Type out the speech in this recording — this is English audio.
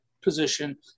position